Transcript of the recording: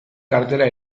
kartela